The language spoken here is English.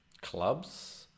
Clubs